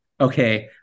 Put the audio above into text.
okay